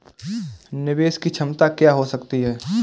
निवेश की क्षमता क्या हो सकती है?